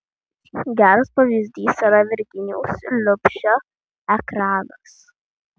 geras pavyzdys yra virginijaus liubšio ekranas